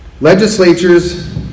Legislatures